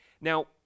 Now